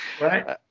right